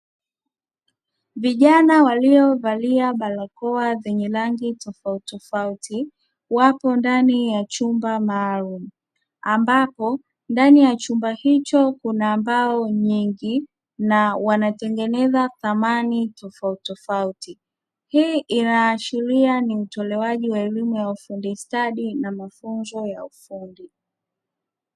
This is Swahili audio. Vijana waliovalia barakoa zenye rangi tofautitofauti, wapo ndani ya chumba maalumu; ambapo ndani ya chumba hicho kuna mbao nyingi na wanatengeneza samani tofautitofauti. Hii inaashiria ni utolewaji wa elimu ya ufundi stadi na mafunzo ya ufundi.